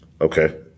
Okay